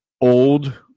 old